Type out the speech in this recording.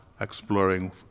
exploring